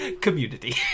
Community